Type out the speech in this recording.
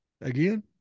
Again